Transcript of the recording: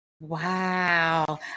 Wow